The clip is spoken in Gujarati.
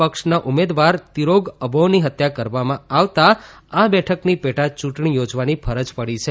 પક્ષના ઉમેદવાર તીરોગ અબોહની હત્યા કરવામાં આવતાં આ બેઠકની પેટાચૂંટણી યોજવાની ફરજ પડી છે